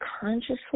consciously